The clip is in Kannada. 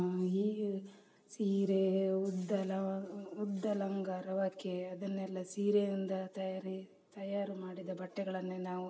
ಈಗ ಸೀರೆ ಉದ್ದ ಲ ಉದ್ದ ಲಂಗ ರವಿಕೆ ಅದನ್ನೆಲ್ಲ ಸೀರೆಯಿಂದ ತಯಾರಿ ತಯಾರು ಮಾಡಿದ ಬಟ್ಟೆಗಳನ್ನೇ ನಾವು